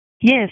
Yes